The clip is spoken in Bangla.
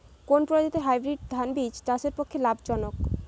কোন প্রজাতীর হাইব্রিড ধান বীজ চাষের পক্ষে লাভজনক?